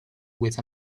with